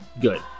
good